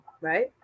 Right